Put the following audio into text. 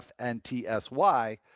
FNTSY